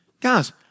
guys